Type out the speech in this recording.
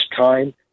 time